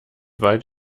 weit